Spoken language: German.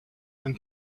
ein